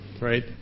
Right